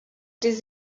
des